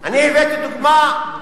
אני הבאתי דוגמה,